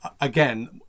again